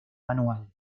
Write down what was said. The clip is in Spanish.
manual